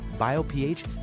BioPH